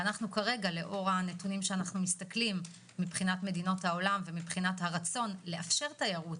כרגע לאור הנתונים שיש ממדינות העולם ומבחינת הרצון לאפשר תיירות